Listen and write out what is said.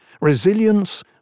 Resilience